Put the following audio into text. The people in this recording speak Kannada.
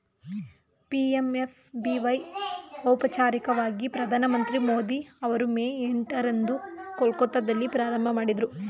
ಪಿ.ಎಮ್.ಎಸ್.ಬಿ.ವೈ ಔಪಚಾರಿಕವಾಗಿ ಪ್ರಧಾನಮಂತ್ರಿ ಮೋದಿ ಅವರು ಮೇ ಎಂಟ ರಂದು ಕೊಲ್ಕತ್ತಾದಲ್ಲಿ ಪ್ರಾರಂಭಮಾಡಿದ್ರು